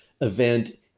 event